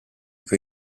con